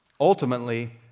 Ultimately